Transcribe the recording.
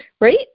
Right